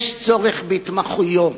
יש צורך בהתמחויות,